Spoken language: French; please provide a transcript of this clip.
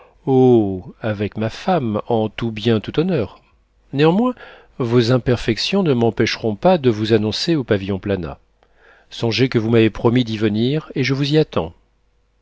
avec ma femme en tout bien tout honneur néanmoins vos imperfections ne m'empêcheront pas de vous annoncer au pavillon planat songez que vous m'avez promis d'y venir et je vous y attends